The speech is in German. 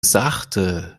sachte